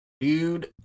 Dude